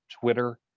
Twitter